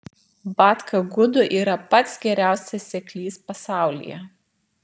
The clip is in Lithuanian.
batka gudų yra pats geriausias seklys pasaulyje